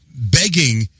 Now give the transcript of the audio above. begging